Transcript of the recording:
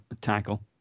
tackle